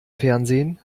fernsehen